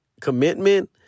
commitment